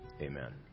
amen